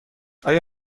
آیا